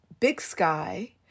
bigsky